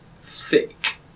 thick